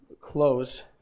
close